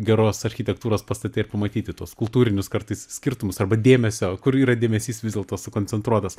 geros architektūros pastate ir pamatyti tuos kultūrinius kartais skirtumus arba dėmesio kur yra dėmesys vis dėlto sukoncentruotas